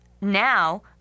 Now